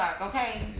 Okay